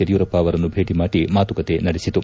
ಯಡಿಯೂರಪ್ಪ ಅವರನ್ನು ಭೇಟಿ ಮಾಡಿ ಮಾತುಕತೆ ನಡೆಸಿತು